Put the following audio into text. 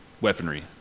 weaponry